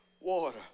water